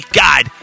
god